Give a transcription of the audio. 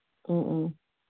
ꯎꯝ ꯎꯝ